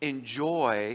Enjoy